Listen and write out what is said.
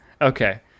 Okay